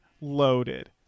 loaded